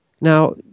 Now